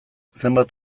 zenbait